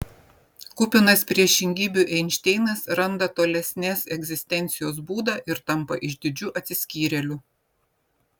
kupinas priešingybių einšteinas randa tolesnės egzistencijos būdą ir tampa išdidžiu atsiskyrėliu